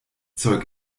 zeug